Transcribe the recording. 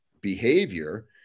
behavior